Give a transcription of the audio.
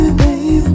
baby